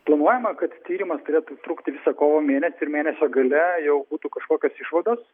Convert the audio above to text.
planuojama kad tyrimas turėtų trukti visą kovo mėnesį ir mėnesio gale jau būtų kažkokios išvados